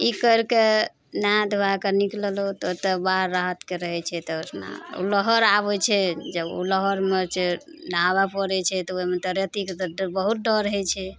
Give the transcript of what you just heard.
ई करिके नहाय धोय कऽ निकललहुँ तऽ ओतऽ बाहर राहतके रहय छै तऽ ओहिठिना लहर आबय छै जब उ लहरमे छै नहाबऽ पड़य छै तऽ ओइमे तऽ रेतीके तऽ बहुत डर रहय छै